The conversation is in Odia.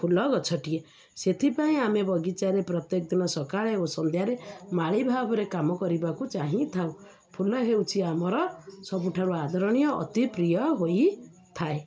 ଫୁଲ ଗଛଟିଏ ସେଥିପାଇଁ ଆମେ ବଗିଚାରେ ପ୍ରତ୍ୟେକ ଦିନ ସକାଳେ ଓ ସନ୍ଧ୍ୟାରେ ମାଳି ଭାବରେ କାମ କରିବାକୁ ଚାହିଁଥାଉ ଫୁଲ ହେଉଛି ଆମର ସବୁଠାରୁ ଆଦରଣୀୟ ଅତି ପ୍ରିୟ ହୋଇଥାଏ